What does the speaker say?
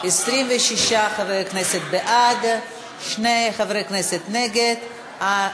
ההצעה להפוך את הצעת חוק זכויות הסטודנט (תיקון,